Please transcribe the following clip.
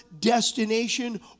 destination